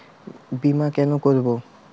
বিমা কেন করব?